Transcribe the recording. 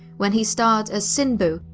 when he starred as sinboo,